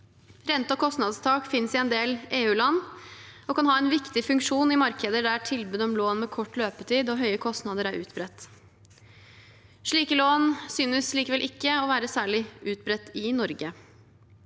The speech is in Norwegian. Rente- og kostnadstak finnes i en del EU-land og kan ha en viktig funksjon i markeder der tilbud om lån med kort løpetid og høye kostnader er utbredt. Slike lån synes likevel ikke å være særlig utbredt i Norge.